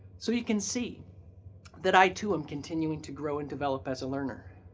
so you can see that i too am continuing to grow and develop as a learner.